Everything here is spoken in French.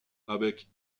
avec